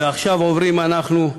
/ ועכשיו אומרים אנחנו,